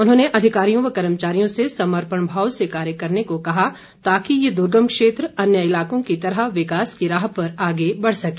उन्होंने अधिकारियों व कर्मचारियों से समर्पण भाव से कार्य करने को कहा ताकि ये दूर्गम क्षेत्र अन्य इलाकों की तरह विकास की राह पर आगे बढ़ सके